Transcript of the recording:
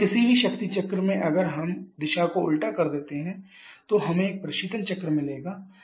तो किसी भी शक्ति चक्र में अगर हम दिशा को उल्टा करते हैं तो हमें एक प्रशीतन चक्र मिलता है